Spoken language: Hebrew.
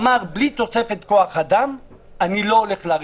אמר: בלי תוספת כוח אדם אני לא הולך לרפורמה.